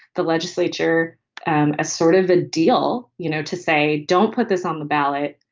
the legislature and as sort of a deal, you know, to say, don't put this on the ballot.